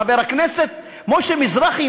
חבר כנסת משה מזרחי,